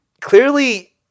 clearly